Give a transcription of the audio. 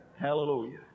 Hallelujah